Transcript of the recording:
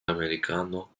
americano